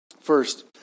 first